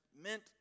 meant